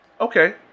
Okay